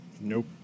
Nope